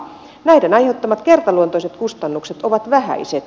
näiden aiheuttamat kertaluontoiset kustannukset ovat vähäiset